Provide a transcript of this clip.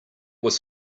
was